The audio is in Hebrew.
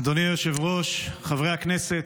אדוני היושב-ראש, חברי הכנסת,